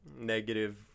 negative